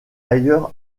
ailleurs